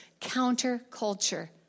counter-culture